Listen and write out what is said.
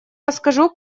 расскажу